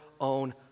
own